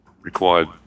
required